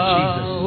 Jesus